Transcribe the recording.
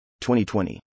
2020